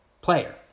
player